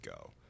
go